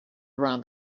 around